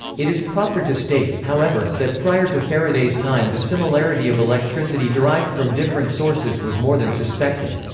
it is proper to state, however, that prior to faraday's time the similarity of electricity derived from different sources was more than suspected.